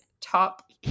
top